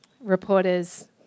reporters